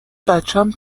بچم